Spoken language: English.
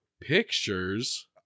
pictures